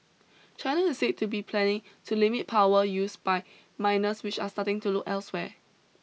China is said to be planning to limit power use by miners which are starting to look elsewhere